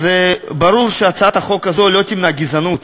אז ברור שהצעת החוק הזו לא תמנע גזענות,